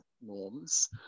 norms